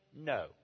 No